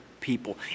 people